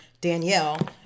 Danielle